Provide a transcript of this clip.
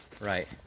right